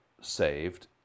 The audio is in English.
saved